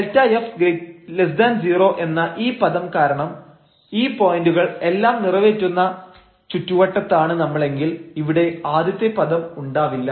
Δf0 എന്ന ഈ പദം കാരണം ഈ പോയന്റുകൾ എല്ലാം നിറവേറ്റുന്ന ചുറ്റുവട്ടത്താണ് നമ്മളെങ്കിൽ ഇവിടെ ആദ്യത്തെ പദം ഉണ്ടാവില്ല